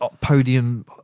podium